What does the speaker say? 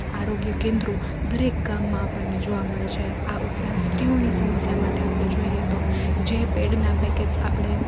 આરોગ્ય કેન્દ્રો દરેક ગામમાં આપણને જોવા મળે છે આ ઉપરાંત સ્ત્રીઓની સમસ્યા માટે આપણે જોઈએ તો જે પેડના પેકેટ્સ આપણે